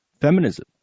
feminism